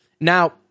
Now